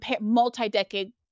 multi-decade